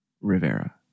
Rivera